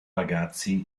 ragazzi